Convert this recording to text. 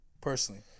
personally